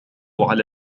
على